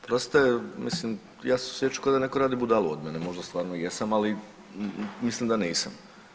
Oprostite mislim ja sam se osjećao kao da netko radi budalu od mene, možda stvarno jesam, ali mislim da nisam.